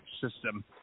system